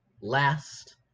last